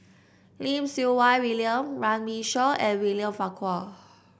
Lim Siew Wai William Runme Shaw and William Farquhar